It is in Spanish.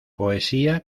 poesía